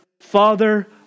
Father